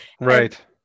Right